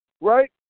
Right